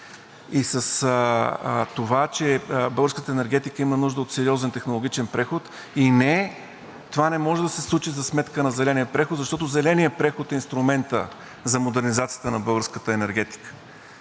и с това, че българската енергетика има нужда от сериозен технологичен преход, и не, това не може да се случи за сметка на зеления преход, защото зеленият преход е инструментът за модернизацията на българската енергетика,